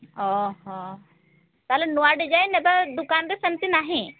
ଓହୋ ତାହେଲେ ନୂଆ ଡିଜାଇନ ଏବେ ଦୁକାନରେ ସେମିତି ନାହିଁ